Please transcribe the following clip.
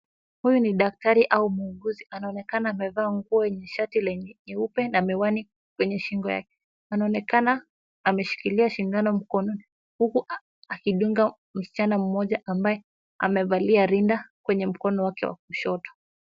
Huyu ni daktari au muuguzi. Anaonekana amevaa manguo yenye shati lenye nyeupe na miwani kwenye shingo yake. Anaonekana ameshikilia sindano mkononi huku akidunga msichana mmoja ambaye amevalia rinda kwenye mkono wake wa kushoto.